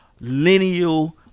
lineal